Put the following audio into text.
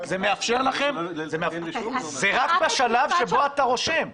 זה מאפשר לכם זה רק בשלב שבו אתה רושם,